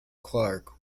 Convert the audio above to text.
clarke